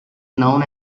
known